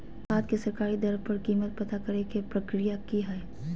खाद के सरकारी दर पर कीमत पता करे के प्रक्रिया की हय?